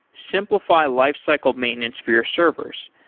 simplify life cycle maintenance for your servers.